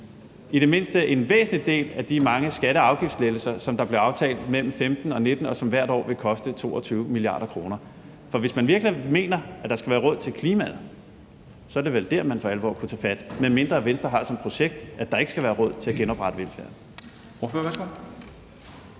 i det mindste en væsentlig del af de mange skatte- og afgiftslettelser, som der blev aftalt mellem 2015 og 2019, og som hvert år vil koste 22 mia. kr.? For hvis man virkelig mener, at der skal være råd til klimaet, er det vel der, man for alvor kunne tage fat, medmindre Venstre har som projekt, at der ikke skal være råd til at genoprette velfærden.